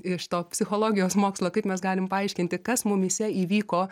iš to psichologijos mokslo kaip mes galim paaiškinti kas mumyse įvyko